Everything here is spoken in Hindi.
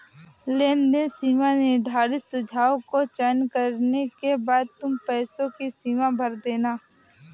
लेनदेन सीमा निर्धारित सुझाव को चयन करने के बाद तुम पैसों की सीमा भर देना